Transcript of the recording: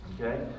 Okay